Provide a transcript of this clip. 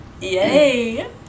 Yay